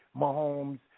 Mahomes